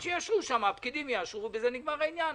אז שהפקידים יאשרו ונגמר העניין,